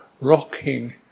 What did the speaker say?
rocking